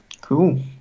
Cool